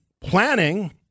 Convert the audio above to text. planning